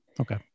Okay